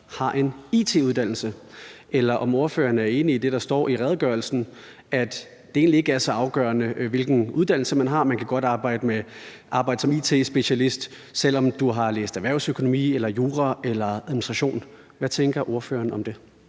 har en it-uddannelse, eller om ordføreren er enig i det, der står i redegørelsen: at det egentlig ikke er så afgørende, hvilken uddannelse man har; man kan godt arbejde som it-specialist, selv om man har læst erhvervsøkonomi eller jura eller administration. Hvad tænker ordføreren om det?